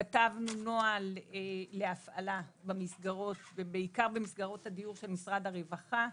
כתבנו נוהל להפעלה במסגרות ובעיקר במסגרות הדיור של משרד הרווחה,